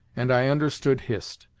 and i understood hist.